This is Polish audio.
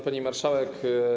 Pani Marszałek!